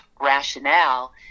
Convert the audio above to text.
rationale